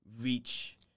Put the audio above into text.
reach